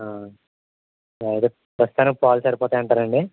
అయితే ప్రస్తుతానికి పాలు సరిపోతాయి అంటారా అండి